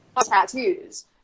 tattoos